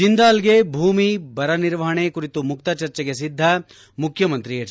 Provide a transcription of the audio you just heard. ಜಿಂದಾಲ್ಗೆ ಭೂಮಿ ಬರ ನಿರ್ವಹಣೆ ಕುರಿತು ಮುಕ್ತ ಚರ್ಚೆಗೆ ಸಿದ್ದ ಮುಖ್ಯಮಂತ್ರಿ ಹೆಚ್